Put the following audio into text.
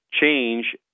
change